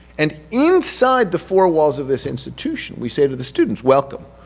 and inside the four walls of this institution we say to the students welcome.